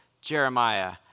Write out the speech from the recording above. Jeremiah